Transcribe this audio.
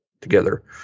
together